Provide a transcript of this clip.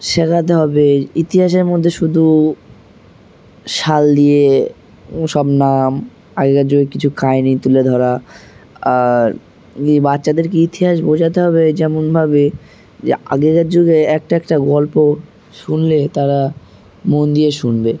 শেখাতে হবে ইতিহাসের মধ্যে শুধু শাল দিয়ে সব নাম আগেকার যুগে কিছু কাহিনি তুলে ধরা আর বাচ্চাদেরকে ইতিহাস বোঝাতে হবে যেমনভাবে যে আগেকার যুগে একটা একটা গল্প শুনলে তারা মন দিয়ে শুনবে